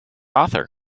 author